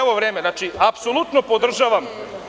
Evo vreme, znači apsolutno podržavam.